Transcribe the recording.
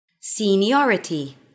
Seniority